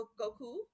Goku